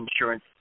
insurance